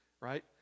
right